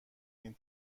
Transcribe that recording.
این